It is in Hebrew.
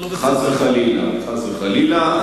חס וחלילה, חס וחלילה.